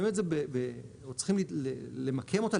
אנחנו צריכים למקם אותה,